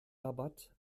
rabatt